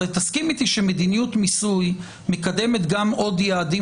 הרי תסכים איתי שמדיניות מיסוי מקדמת עוד יעדים